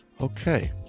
Okay